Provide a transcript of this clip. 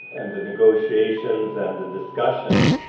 and negotiations and the discussion,